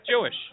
Jewish